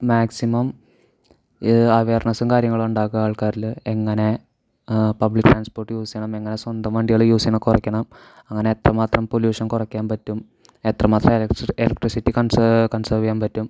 maximum അവെയർനെസ്സും കാര്യങ്ങളും ഉണ്ടാക്കുക ആൾക്കാരിൽ എങ്ങനെ പബ്ലിക് ട്രാൻസ്പോർട്ട് യൂസ് ചെയ്യണം എങ്ങനെ സ്വന്തം വണ്ടികൾ യൂസ് ചെയ്യണത് കുറയ്ക്കണം അങ്ങനെ എത്രമാത്രം പൊല്യൂഷൻ കുറക്കാൻ പറ്റും എത്രമാത്രം എലക്ട്രിസിറ്റി എലക്ട്രിസിറ്റി കൺസേർവ് ചെയ്യാൻ പറ്റും